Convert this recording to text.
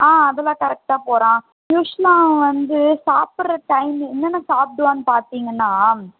ஆ அதெலாம் கரெக்டாக போகிறான் யூஷ்வலாக அவன் வந்து சாப்பிட்ற டைம் என்னென்ன சாப்பிடுவான்னு பார்த்தீங்கன்னா